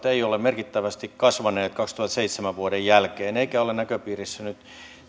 eivät ole merkittävästi kasvaneet kaksituhattaseitsemän vuoden jälkeen eikä ole näköpiirissä nyt